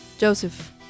Joseph